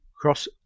cross